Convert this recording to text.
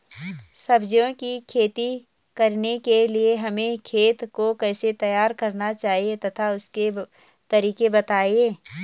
सब्जियों की खेती करने के लिए हमें खेत को कैसे तैयार करना चाहिए तथा उसके तरीके बताएं?